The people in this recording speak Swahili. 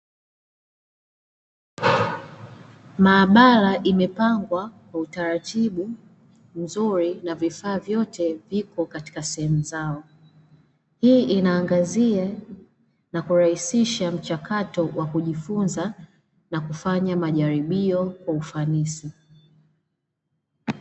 Maabara imepangwa kwa utaratibu mzuri na vifaa vyote vipo katika sehemu zao, hii inaangazia na kurahisisha mchakato wa kujifunza na kufanya majaribio kwa ufanisi.